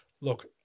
look